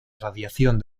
radiación